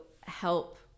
help